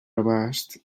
abast